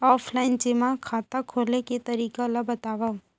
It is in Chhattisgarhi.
ऑफलाइन जेमा खाता खोले के तरीका ल बतावव?